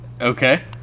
Okay